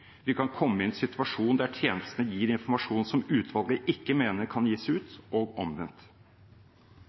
Vi kan komme i en situasjon der tjenestene gir informasjon som utvalget ikke mener kan gis ut, og